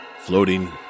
floating